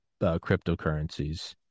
cryptocurrencies